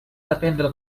dependre